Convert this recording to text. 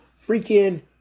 freaking